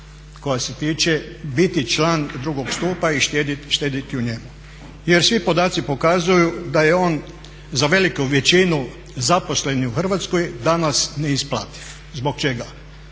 koja se tiče biti član drugog stupa i štediti u njemu jer svi podaci pokazuju da je on za veliku većinu zaposlenih u Hrvatskoj danas neisplativ. Zbog čega?